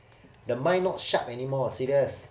the mind not sharp anymore serious